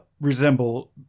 resemble